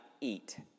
eat